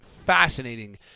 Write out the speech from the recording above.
fascinating